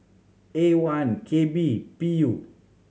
A one K B B